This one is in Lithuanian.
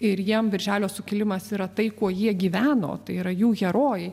ir jiem birželio sukilimas yra tai kuo jie gyveno tai yra jų herojai